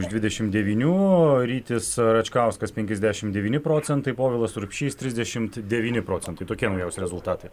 iš dvidešimt devynių o rytis račkauskas penkiasdešimt devyni procentai povilas urbšys trisdešimt devyni procentai tokie naujausi rezultatai